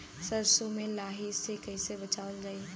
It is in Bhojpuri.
सरसो में लाही से कईसे बचावल जाई?